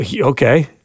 Okay